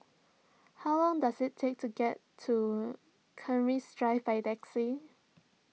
how long does it take to get to Keris Drive by taxi